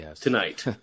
tonight